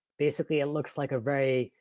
basically it looks like a very,